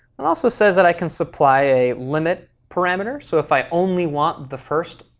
and also says that i can supply a limit parameter, so if i only want the first,